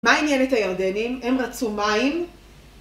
‫מה עניינת הירדנים? ‫הם רצו מים?